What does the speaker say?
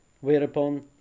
Whereupon